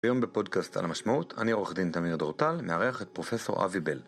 היום בפודקאסט על המשמעות, אני עורך דין תמיר דורטל, מערך את פרופסור אבי בל.